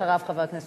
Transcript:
הרווחה והבריאות